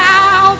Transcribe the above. Now